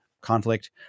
conflict